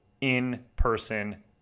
in-person